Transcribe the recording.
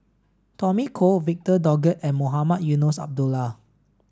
Tommy Koh Victor Doggett and Mohamed Eunos Abdullah